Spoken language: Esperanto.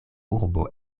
urbo